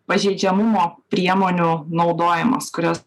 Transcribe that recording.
pažeidžiamumo priemonių naudojimas kurios